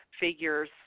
figures